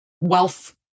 wealth